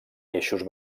eixos